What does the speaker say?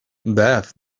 death